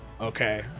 okay